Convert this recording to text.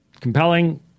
compelling